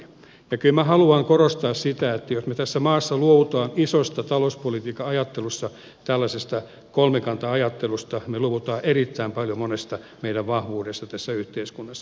kyllä minä haluan korostaa sitä että jos me tässä maassa luovumme isossa talouspolitiikan ajattelussa tällaisesta kolmikanta ajattelusta me luovumme erittäin paljon monesta meidän vahvuudesta tässä yhteiskunnassa